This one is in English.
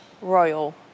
Royal